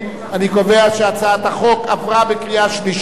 אני קובע שהצעת החוק עברה בקריאה השלישית,